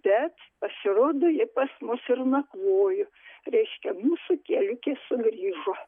bet pasirodo ji pas mus ir nakvojo reiškia mūsų kieliukė sugrįžo